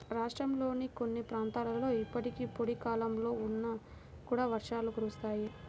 రాష్ట్రంలోని కొన్ని ప్రాంతాలలో ఇప్పటికీ పొడి కాలంలో కూడా వర్షాలు కురుస్తాయి